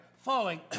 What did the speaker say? falling